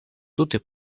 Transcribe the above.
tute